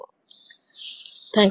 Thanks